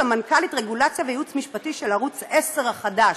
סמנ"כלית רגולציה וייעוץ משפטי של ערוץ 10 החדש: